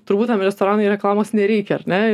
turbūt tam restoranui reklamos nereikia ar ne